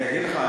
אני אגיד לך,